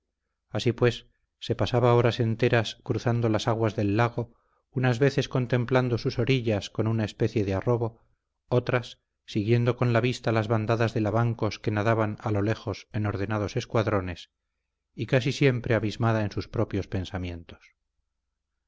así pues se pasaba horas enteras cruzando las aguas del lago unas veces contemplando sus orillas con una especie de arrobo otras siguiendo con la vista las bandadas de lavancos que nadaban a lo lejos en ordenados escuadrones y casi siempre abismada en sus propios pensamientos